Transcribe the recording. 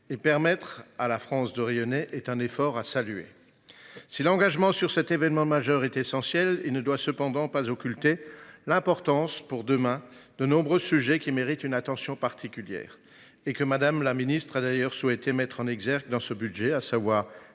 et permettre à la France de rayonner est un effort à saluer. Si l’engagement sur cet événement majeur est essentiel, il ne doit cependant pas occulter l’importance pour l’avenir de nombreux sujets qui méritent une attention particulière et que Mme la ministre a d’ailleurs souhaité mettre en exergue dans ce budget : les